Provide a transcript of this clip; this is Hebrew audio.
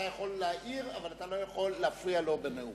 אתה יכול להעיר, אבל אתה לא יכול להפריע לו בנאום.